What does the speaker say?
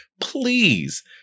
please